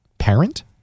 Parent